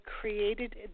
created